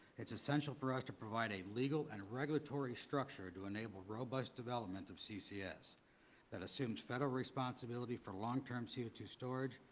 it is essential for us to provide a legal and regulatory structure to enable robust development of ccs that assumes federal responsibility for long-term c o two storage,